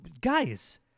guys